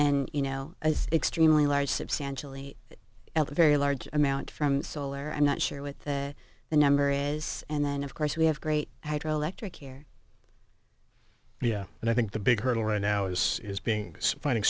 then you know as extremely large substantially very large amount from solar i'm not sure what the the number is and then of course we have great hydro electric here yeah and i think the big hurdle right now is being